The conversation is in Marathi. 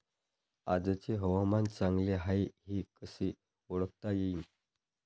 आजचे हवामान चांगले हाये हे कसे ओळखता येईन?